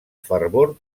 fervor